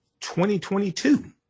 2022